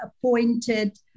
appointed